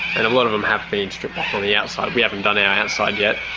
and a lot of them have been stripped back on the outside. we haven't done our outside yet.